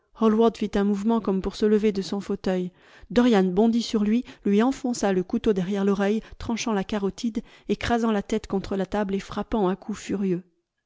fit un mouvement comme pour se lever de son fauteuil dorian bondit sur lui lui enfonça le couteau derrière l'oreille tranchant la carotide écrasant la tête contre la table et frappant à coups furieux